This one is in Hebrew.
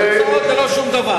לא תוצאות ולא שום דבר.